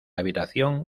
habitación